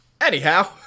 Anyhow